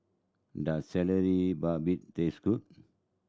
does babat taste good